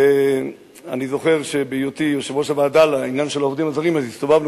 אני זוכר שבהיותי יושב-ראש הוועדה לעניין העובדים הזרים הסתובבנו